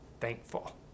thankful